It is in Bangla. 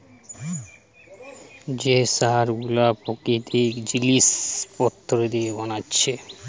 যে সার গুলো প্রাকৃতিক জিলিস পত্র দিয়ে বানাচ্ছে